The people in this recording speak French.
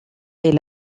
est